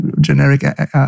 generic